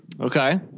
Okay